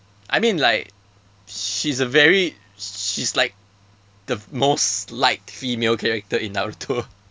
I mean like she's a very she's like the most liked female character in naruto